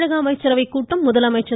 தமிழக அமைச்சரவை கூட்டம் முதலமைச்சர்